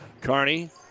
Carney